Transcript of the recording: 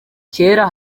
kera